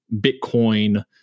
Bitcoin